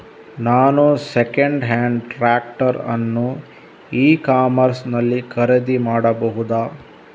ನಾನು second hand tractor ಅನ್ನು e commerce ನಲ್ಲಿ ಖರೀದಿ ಮಾಡಬಹುದಾ?